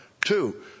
two